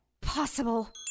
possible